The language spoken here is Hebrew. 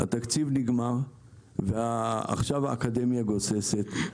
אך התקציב נגמר ועכשיו האקדמיה גוססת.